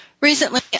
Recently